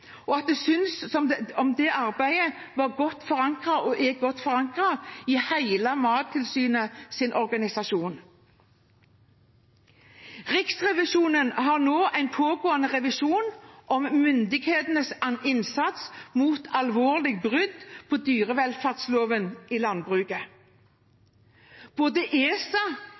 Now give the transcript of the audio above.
og at det syntes som om arbeidet var – og er – godt forankret i hele Mattilsynets organisasjon. Riksrevisjonen har nå en pågående revisjon av myndighetenes innsats mot alvorlige brudd på dyrevelferdsloven i landbruket. Både